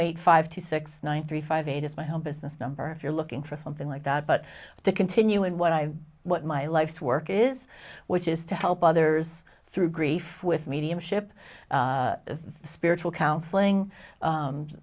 eight five two six one three five eight is my home business number if you're looking for something like that but to continue in what i what my life's work is which is to help others through grief with mediumship spiritual counseling